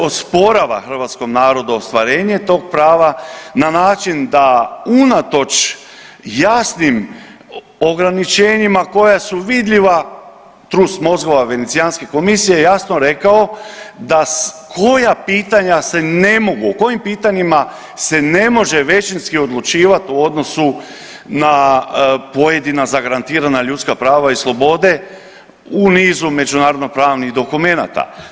osporava hrvatskom narodu ostvarenje tog prava na način da unatoč jasnim ograničenjima koja su vidljiva, trust mozgova Venecijanske komisije je jasno rekao da koja pitanja se ne mogu, kojim pitanjima se ne može većinski odlučivati u odnosu na pojedina zagarantirana ljudska prava i slobode u nizu međunarodnopravnih dokumenata.